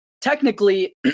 technically